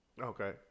Okay